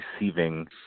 receiving